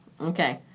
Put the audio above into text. Okay